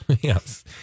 yes